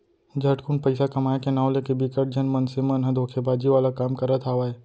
झटकुन पइसा कमाए के नांव लेके बिकट झन मनसे मन ह धोखेबाजी वाला काम करत हावय